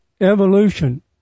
evolution